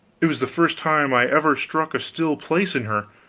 it was the first time i ever struck a still place in her.